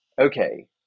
okay